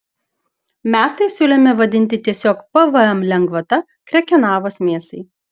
mes tai siūlėme vadinti tiesiog pvm lengvata krekenavos mėsai